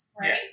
right